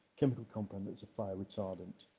chemical compound that's a fire retardant.